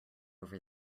over